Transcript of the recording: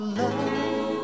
love